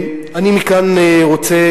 מכאן אני רוצה,